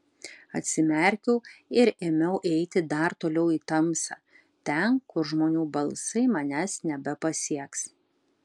atsimerkiau ir ėmiau eiti dar toliau į tamsą ten kur žmonių balsai manęs nebepasieks